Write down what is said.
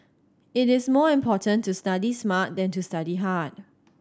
it is more important to study smart than to study hard